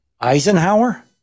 Eisenhower